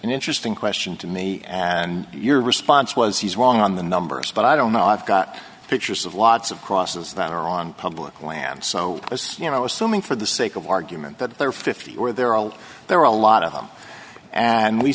interesting question to me and your response was he's wrong on the numbers but i don't know i've got pictures of lots of crosses that are on public land so you know assuming for the sake of argument that there are fifty or there oh there are a lot of them and we